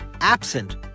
absent